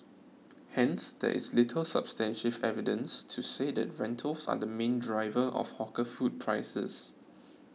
hence there is little substantive evidence to say that rentals are the main driver of hawker food prices